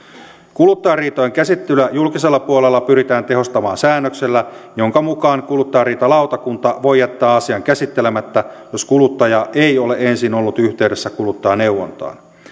kuluttajariitojen käsittelyä julkisella puolella pyritään tehostamaan säännöksellä jonka mukaan kuluttajariitalautakunta voi jättää asian käsittelemättä jos kuluttaja ei ole ensin ollut yhteydessä kuluttajaneuvontaan